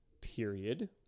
period